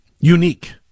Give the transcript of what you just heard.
unique